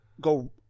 go